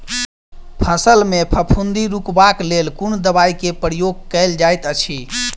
फसल मे फफूंदी रुकबाक लेल कुन दवाई केँ प्रयोग कैल जाइत अछि?